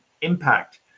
impact